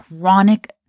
chronic